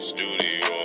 Studio